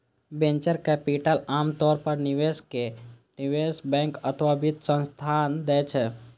venture capital आम तौर पर निवेशक, निवेश बैंक अथवा वित्त संस्थान दै छै